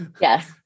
yes